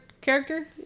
character